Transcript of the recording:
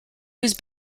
was